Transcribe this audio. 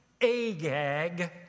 Agag